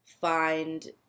find